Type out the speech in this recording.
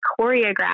choreograph